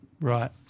Right